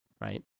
right